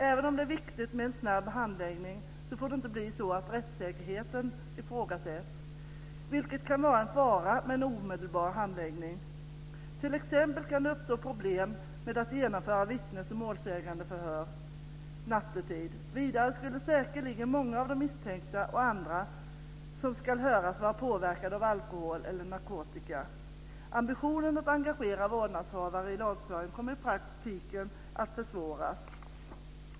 Även om det är viktigt med en snabb handläggning får det inte bli så att rättssäkerheten ifrågasätts, vilket kan vara en fara med en omedelbar handläggning. Det kan t.ex. uppstå problem med att genomföra vittnes och målsägandeförhör nattetid. Vidare skulle säkerligen många av de misstänkta och andra som ska höras vara påverkade av alkohol eller narkotika. Ambitionen att engagera vårdnadshavare i lagföringen kommer i praktiken att försvåras.